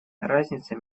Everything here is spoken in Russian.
разница